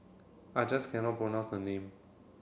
I just cannot pronounce the name